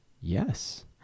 Yes